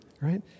right